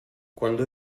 quando